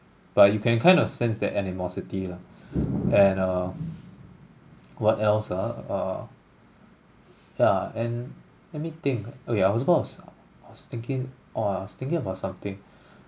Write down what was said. but you can kind of sense that animosity lah and uh what else ah uh yeah and let me think okay I was about to I was thinking orh I was thinking about something